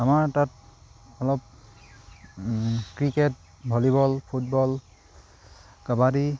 আমাৰ তাত অলপ ক্ৰিকেট ভলীবল ফুটবল কাবাডী